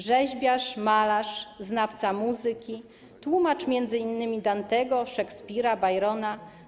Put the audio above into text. Rzeźbiarz, malarz, znawca muzyki, tłumacz m.in. Dantego, Szekspira, Byrona.